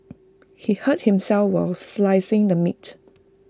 he hurt himself while slicing the meat